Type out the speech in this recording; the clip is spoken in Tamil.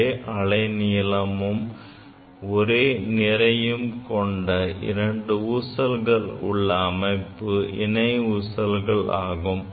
ஒரே நீளமும் l ஒரே நிறையும் m கொண்ட இரண்டு ஊசல்கள் உள்ள அமைப்பு இணை ஊசல் ஆகும்